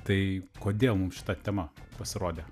tai kodėl mum šita tema pasirodė